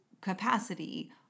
capacity